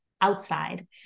outside